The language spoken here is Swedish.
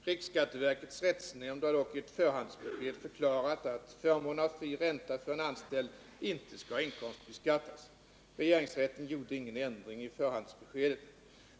Riksskatteverkets rättsnämnd har dock i ett förhandsbesked förklarat att förmån av fri ränta för en anställd inte skall inkomstbeskattas. Regeringsrätten gjorde ingen ändring i förhandsbeskedet.